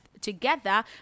together